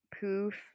Poof